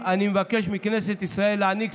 אבל אתכם זה לא מעניין.